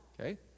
Okay